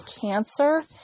Cancer